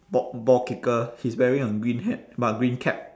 ball ball kicker he's wearing a green hat green cap